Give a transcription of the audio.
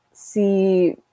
see